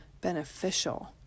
beneficial